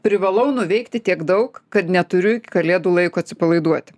privalau nuveikti tiek daug kad neturiu iki kalėdų laiko atsipalaiduoti